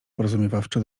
porozumiewawczo